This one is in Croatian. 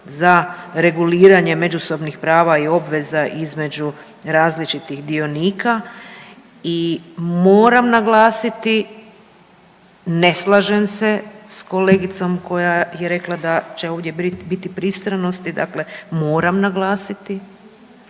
za reguliranje međusobnih prava i obveza između različitih dionika. I moram naglasiti, ne slažem se s kolegicom koja je rekla da će ovdje biti pristranosti, dakle moram naglasiti